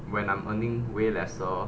when I'm earning way lesser